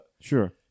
Sure